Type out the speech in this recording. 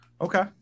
Okay